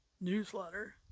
newsletter